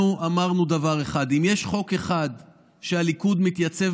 אנחנו אמרנו דבר אחד: אם יש חוק אחד שהליכוד מתייצב